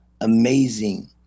amazing